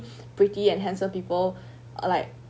pretty and handsome people uh like